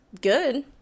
good